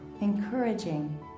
encouraging